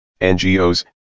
NGOs